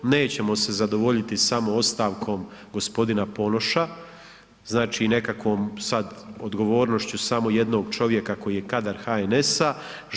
Nećemo se zadovoljiti samo ostavkom gospodina Ponoša, znači nekakvom sad odgovornošću samo jednog čovjeka koji je kadar NHS-a.